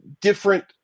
different